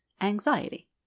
anxiety